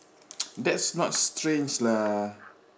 that's not strange lah